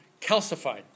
calcified